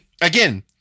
again